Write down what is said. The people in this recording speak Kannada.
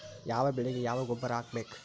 ಯಾವ ಬೆಳಿಗೆ ಯಾವ ಗೊಬ್ಬರ ಹಾಕ್ಬೇಕ್?